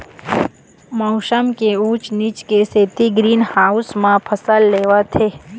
मउसम के ऊँच नीच के सेती ग्रीन हाउस म फसल लेवत हँव